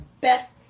best